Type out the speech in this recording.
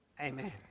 Amen